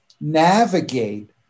navigate